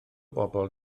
bobol